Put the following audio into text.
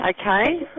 Okay